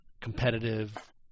competitive